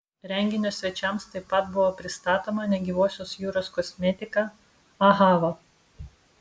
renginio svečiams taip pat buvo pristatoma negyvosios jūros kosmetika ahava